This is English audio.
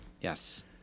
Yes